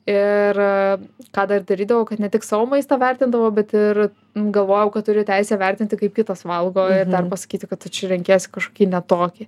ir ką dar darydavau kad ne tik savo maistą vertindavau bet ir galvojau kad turiu teisę vertinti kaip kitas valgo ir dar pasakyti kad tu čia renkiesi kažkokį ne tokį